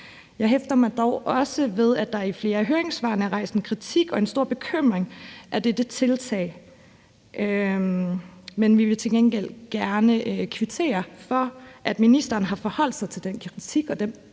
Jeg hæfter mig dog også ved, at der i flere af høringssvarene er rejst en kritik og en stor bekymring af dette tiltag. Men vi vil til gengæld gerne kvittere for, at ministeren har forholdt sig til den kritik og den bekymring,